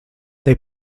they